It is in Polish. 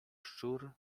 szczur